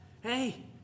Hey